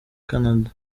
canada